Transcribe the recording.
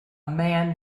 man